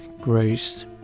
Grace